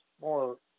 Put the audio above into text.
more